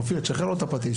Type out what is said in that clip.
אופיר, שחרר לו את הפטיש.